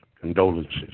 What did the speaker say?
condolences